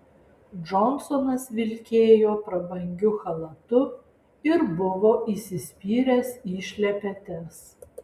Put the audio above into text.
džonsonas vilkėjo prabangiu chalatu ir buvo įsispyręs į šlepetes